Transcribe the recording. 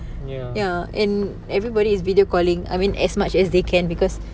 ya